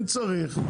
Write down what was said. אם צריך,